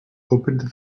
opened